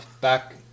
back